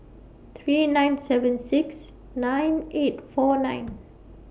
three nine seven six nine eight four nine